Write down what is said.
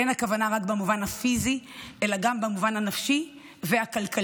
אין הכוונה רק במובן הפיזי אלא גם במובן הנפשי והכלכלי.